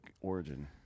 origin